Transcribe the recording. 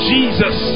Jesus